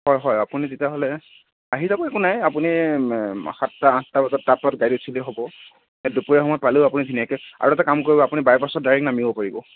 হয় হয় আপুনি তেতিয়াহ'লে আহি যাব একো নাই আপুনি সাতটা আঠটা বজাত তাৰ পৰা গাড়ীত উঠিলেই হ'ব দুপৰীয়া সময়ত পালেও আপুনি ধুনীয়াকে আৰু এটা কাম কৰিব আপুনি বাইপাছত ডাইৰেক্ট নামিব পাৰিব